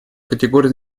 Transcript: категорию